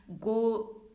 go